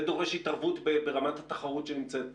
דורש התערבו ברמת התחרות שנמצאת כאן.